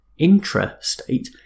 Intrastate